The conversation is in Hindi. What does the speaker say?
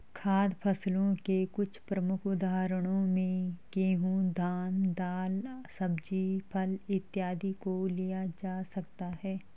खाद्य फसलों के कुछ प्रमुख उदाहरणों में गेहूं, धान, दाल, सब्जी, फल इत्यादि को लिया जा सकता है